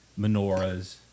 menorahs